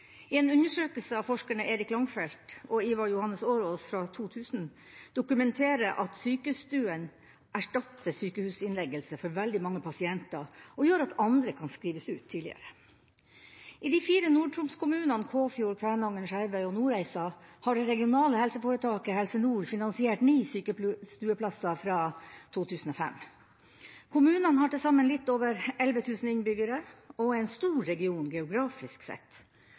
tilbud. En undersøkelse gjort av forskerne Erik Langfeldt og Ivar Johannes Aaraas fra 2000 dokumenterer at sykestuene erstatter sykehusinnleggelse for veldig mange pasienter, og gjør at andre kan skrives ut tidligere. I de fire kommunene i Nord-Troms, Kåfjord, Kvænangen, Skjervøy og Nordreisa, har det regionale helseforetaket Helse Nord finansiert ni sykestueplasser siden 2005. Kommunene har til sammen litt over 11 000 innbyggere og er en stor region geografisk sett.